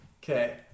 Okay